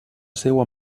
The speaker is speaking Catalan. seua